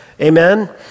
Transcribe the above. Amen